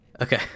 Okay